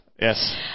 Yes